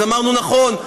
אז אמרנו: נכון,